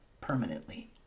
permanently